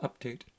update